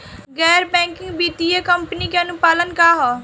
गैर बैंकिंग वित्तीय कंपनी के अनुपालन का ह?